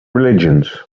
religions